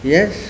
Yes